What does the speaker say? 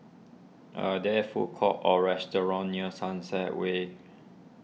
are there food courts or restaurants near Sunset Way